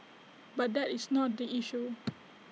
but that is not the issue